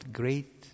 great